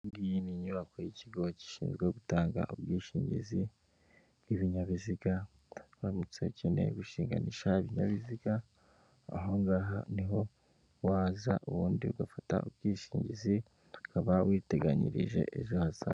Iyi ngiyi ni inyubako y'ikigo gishinzwe gutanga ubwishingizi bw'ibinyabiziga, uramutse ukeneye gushinganisha ibinyabiziga ahongaha niho waza ubundi ugafata ubwishingizi ukaba witeganyirije ejo hazaza.